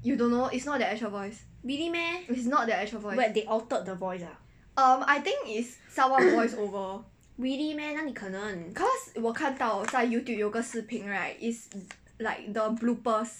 really meh what they altered the voice ah really meh 哪里可能